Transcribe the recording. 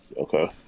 okay